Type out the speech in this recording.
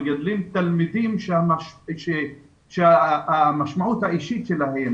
מגדלים תלמידים שהמשמעות האישית שלהם,